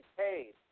paid